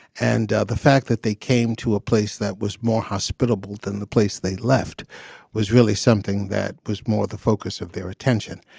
and the fact that they came to a place that was more hospitable than the place they left was really something that was more the focus of their attention.